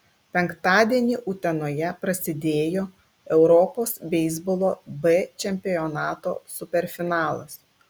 penktadienį utenoje prasidėjo europos beisbolo b čempionato superfinalas